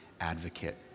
advocate